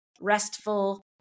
restful